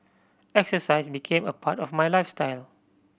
exercise became a part of my lifestyle